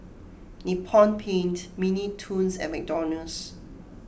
Nippon Paint Mini Toons and McDonald's